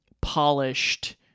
polished